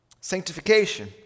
sanctification